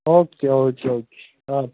او کے okay okay اَد سَا